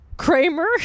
Kramer